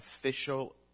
official